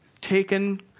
taken